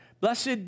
blessed